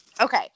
Okay